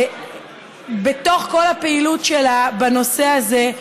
בתוך כל הפעילות שלה בנושא הזה,